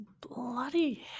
bloody